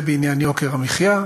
ובעניין יוקר המחיה,